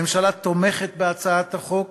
הממשלה תומכת בהצעת החוק